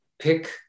pick